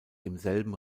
demselben